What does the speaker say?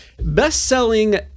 best-selling